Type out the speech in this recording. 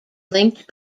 linked